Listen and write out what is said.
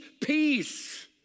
peace